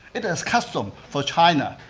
it is custom for china,